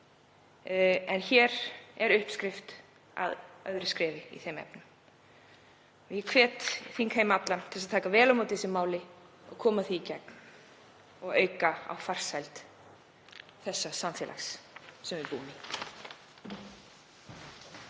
En hér er uppskrift að öðru skrefi í þeim efnum. Ég hvet þingheim allan til að taka vel á móti þessu máli, koma því í gegn og auka á farsæld þessa samfélags sem við búum í.